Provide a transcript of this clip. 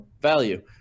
value